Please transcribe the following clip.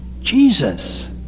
Jesus